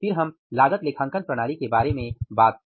फिर हम लागत लेखांकन प्रणाली के बारे में बात करते हैं